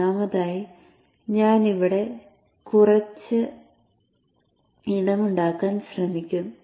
ഒന്നാമതായി ഞാൻ ഇവിടെ കുറച്ച് ഇടമുണ്ടാക്കാൻ ശ്രമിക്കും